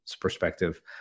perspective